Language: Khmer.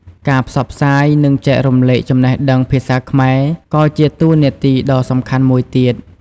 ការផ្សព្វផ្សាយ និងចែករំលែកចំណេះដឹងភាសាខ្មែរ ក៏ជាតួនាទីដ៏សំខាន់មួយទៀត។